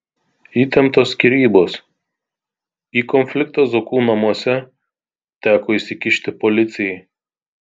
įtemptos skyrybos į konfliktą zuokų namuose teko įsikišti policijai